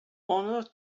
honour